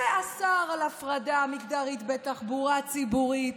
שאסר הפרדה מגדרית בתחבורה ציבורית.